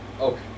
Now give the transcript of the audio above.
Okay